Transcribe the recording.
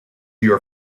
your